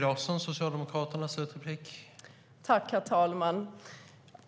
Vill ni inte göra någonting?